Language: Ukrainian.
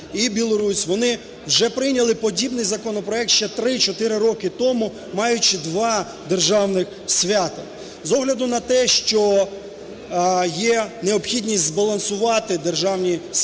вони вже прийняли подібний законопроект ще 3-4 роки тому, маючи два державних свята. З огляду не те, що є необхідність збалансувати державні свята